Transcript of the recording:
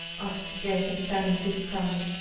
asked joseph, turning to the crowd.